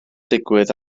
digwydd